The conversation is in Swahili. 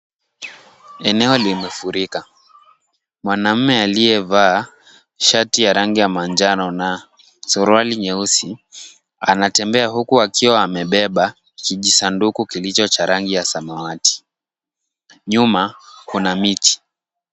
Eneo limefurika. Mwanaume aliyevaa shati ya rangi ya manjano na suruali nyeusi anatembea huku akiwa amebeba kijisanduku kilicho cha rangi ya samawati. Nyuma kuna miti.